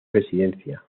residencia